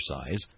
exercise